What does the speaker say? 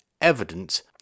evidence